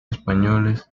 españoles